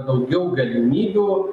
daugiau galimybių